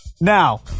Now